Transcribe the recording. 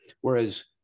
Whereas